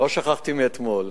לא שכחתי מאתמול,